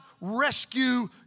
rescue